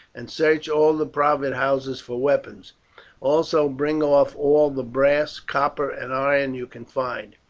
and search all the private houses for weapons also bring off all the brass, copper, and iron you can find,